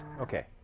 Okay